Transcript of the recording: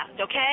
okay